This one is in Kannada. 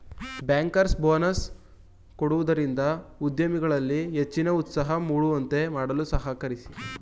ಬ್ಯಾಂಕರ್ಸ್ ಬೋನಸ್ ಕೊಡುವುದರಿಂದ ಉದ್ಯೋಗಿಗಳಲ್ಲಿ ಹೆಚ್ಚಿನ ಉತ್ಸಾಹ ಮೂಡುವಂತೆ ಮಾಡಲು ಸಹಕಾರಿ